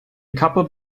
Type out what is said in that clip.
couple